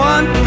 One